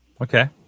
Okay